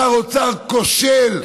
שר אוצר כושל,